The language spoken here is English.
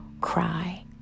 cry